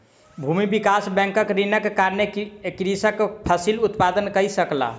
भूमि विकास बैंकक ऋणक कारणेँ कृषक फसिल उत्पादन कय सकल